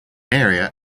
area